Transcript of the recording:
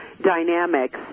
dynamics